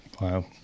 Wow